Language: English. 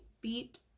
beat